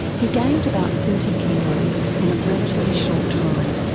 he gained about thirty kilos in a relatively short time.